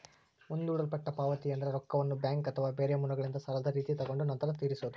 ಮುಂದೂಡಲ್ಪಟ್ಟ ಪಾವತಿಯೆಂದ್ರ ರೊಕ್ಕವನ್ನ ಬ್ಯಾಂಕ್ ಅಥವಾ ಬೇರೆ ಮೂಲಗಳಿಂದ ಸಾಲದ ರೀತಿ ತಗೊಂಡು ನಂತರ ತೀರಿಸೊದು